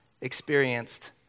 experienced